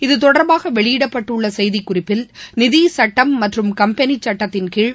இத்தொடர்பாகவெளியிடப்பட்டுள்ளசெய்திக்குறிப்பில் நிதிசட்டம் மற்றும் கம்பெளிசட்டத்தின்கீழ்